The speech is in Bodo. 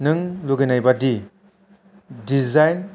नों लुगैनाय बायदि दिजाइन